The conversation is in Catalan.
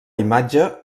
imatge